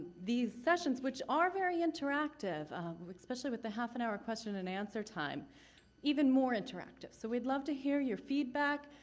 these sessions, which are very interactive especially with the half-an-hour question and answer time even more interactive. so, we'd love to hear your feedback.